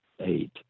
eight